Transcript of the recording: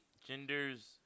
Gender's